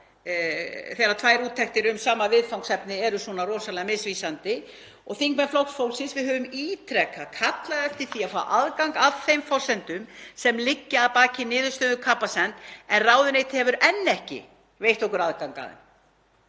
þegar tvær úttektir um sama viðfangsefni eru svona rosalega misvísandi. Við þingmenn Flokks fólksins höfum ítrekað kallað eftir því að fá aðgang að þeim forsendum sem liggja að baki niðurstöðu Capacent en ráðuneytið hefur enn ekki veitt okkur aðgang að